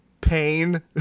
pain